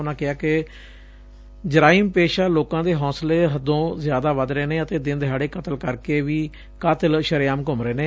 ਉਂਨੂਾਂ ਕਿਹੈ ਕਿ ਜਰਾਈਮਪੇਸਾ ਲੋਕਾਂ ਦੇ ਹੌਸਲੇ ਹਦੋਂ ਜਿਆਦਾ ਵੌਧ ਰਹੇ ਨੇ ਅਤੇ ਦਿਨ ਦਿਹਾੜੇ ਕਤਲ ਕਰਕੇ ਵੀ ਕਾਤਿਲ ਸ਼ਰੇਆਮ ਘੁੰਮ ਰਹੇ ਨੇ